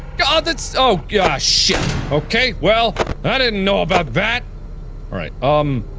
gah that's oh gah shit! ok well i didn't know about that alright um